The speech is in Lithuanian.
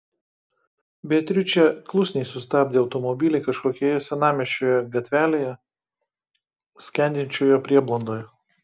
beatričė klusniai sustabdė automobilį kažkokioje senamiesčio gatvelėje skendinčioje prieblandoje